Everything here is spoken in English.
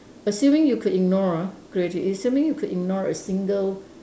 assuming you could ignore ah assuming you could ignore a single